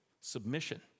submission